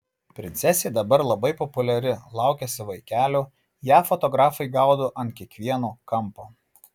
princesė dabar labai populiari laukiasi vaikelio ją fotografai gaudo ant kiekvieno kampo